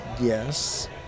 yes